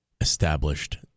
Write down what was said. established